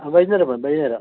ആ വൈകുന്നേരം മതി വൈകുന്നേരം